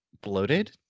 bloated